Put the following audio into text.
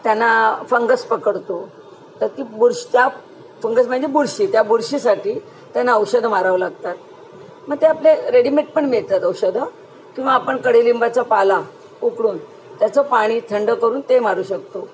त्यांना फंगस पकडतो तर की बुर्ष त्या फंगस म्हणजे बुरशी त्या बुरशीसाठी त्यांना औषधं मारावं लागतात मग ते आपले रेडिमेड पण मिळतात औषधं किंवा आपण कडेलिंबाचा पाला उकडून त्याचं पाणी थंड करून ते मारू शकतो